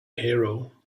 hero